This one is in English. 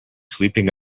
sleeping